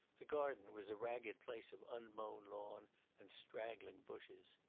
the garden was a ragged place of unmown lawn and straggling bushes.